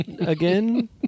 again